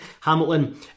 Hamilton